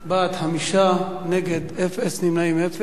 בעד, 5, נגד, אפס, נמנעים, אפס.